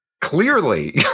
Clearly